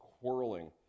quarreling